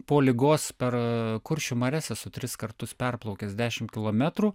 po ligos per kuršių marias esu tris kartus perplaukęs dešimt kilometrų